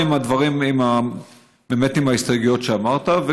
בהסתייגויות שאמרת,